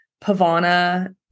Pavana